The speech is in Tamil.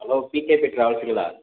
ஹலோ பிகேசி டிராவல்ஸுங்களா